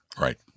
Right